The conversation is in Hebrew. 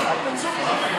תצאו החוצה כבר.